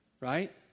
right